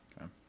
Okay